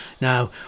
Now